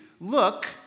look